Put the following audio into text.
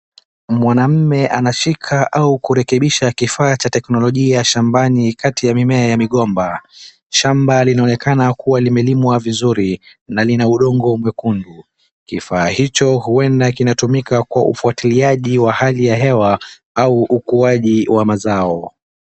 Mwanamume anashika au kurekebisha kifaa cha teknolojia ya shambani kati ya mimea ya migomba. Shamba linaonekana kuwa limelimwa vizuri, na lina udongo mwekundu. Kifaa hicho huenda kinatumika kwa ufuatiliaji wa hali ya hewa au ukuaji wa mazao.